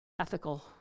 ethical